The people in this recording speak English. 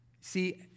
See